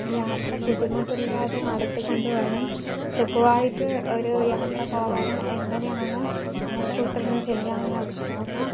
യാത്ര ബുദ്ധിമുട്ടില്ലാതെ നടത്തിക്കൊണ്ട് പോകാനും സുഖമായിട്ട് ഒരു യാത്ര പോകാനും എങ്ങനെയാണ് ആസൂത്രണം ചെയ്യാമെന്ന് ചോദിച്ച് പറഞ്ഞാൽ